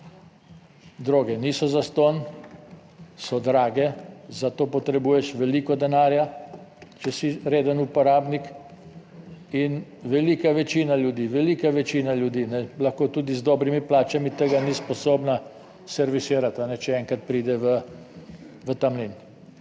Droge niso zastonj, so drage, za to potrebuješ veliko denarja, če si reden uporabnik in velika večina ljudi, velika večina ljudi tudi z dobrimi plačami tega ni sposobna servisirati, če enkrat pride v ta mlin.